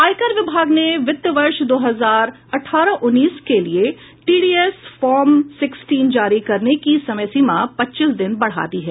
आयकर विभाग ने वित्तवर्ष दो हजार अठारह उन्नीस के लिए टीडीएस फॉर्म सिक्सटीन जारी करने की समयसीमा पच्चीस दिन बढ़ा दी है